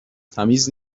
تمیز